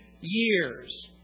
years